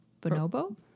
Bonobo